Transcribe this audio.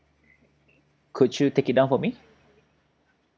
could you take it down for me